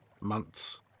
months